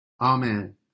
Amen